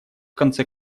конце